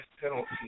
penalty